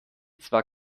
zwar